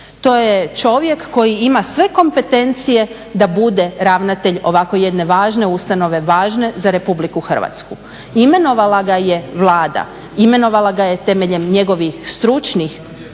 To je čovjek koji ima sve kompetencije da bude ravnatelj ovako jedne važne ustanove važne za Republiku Hrvatsku. Imenovala ga je Vlada, imenovala ga je temeljem njegovih stručnih